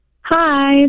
Hi